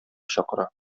чакыра